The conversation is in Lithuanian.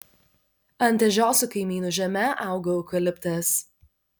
ant ežios su kaimynų žeme augo eukaliptas